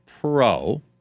pro